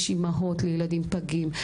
יש אימהות לילדים פגים.